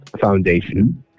Foundation